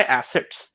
assets